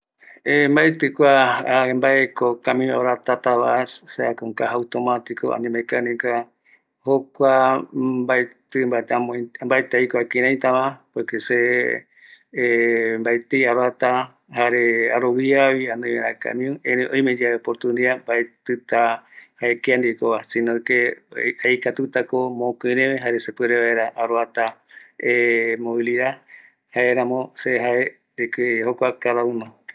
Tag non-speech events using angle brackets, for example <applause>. Se mbati kua mbanungako camiu aroatatava, sea con caja automatico o mecanicova, jokua mbaeti aikua kiraitava, por que se <hesitation> mbatii aroata, jare aroviavi anoi vaeta camiu, erei oime yave oportunidad mbaetïta jae kia ndivekova, si no que aikatutako mokoireve, jare sepuere vaera arota <hesitation> mobilidad, jaeramo se jae de que jokua cada uno.